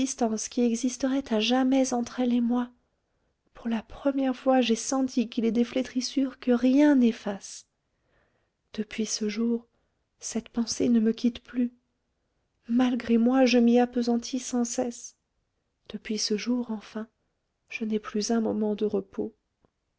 distance qui existerait à jamais entre elle et moi pour la première fois j'ai senti qu'il est des flétrissures que rien n'efface depuis ce jour cette pensée ne me quitte plus malgré moi je m'y appesantis sans cesse depuis ce jour enfin je n'ai plus un moment de repos